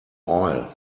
oil